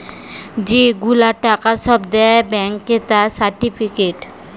যে গুলা টাকা সব দেয় ব্যাংকে তার সার্টিফিকেট